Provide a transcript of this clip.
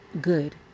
good